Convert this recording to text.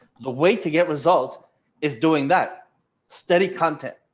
the way to get result is doing that steady content.